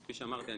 כפי שאמרתי,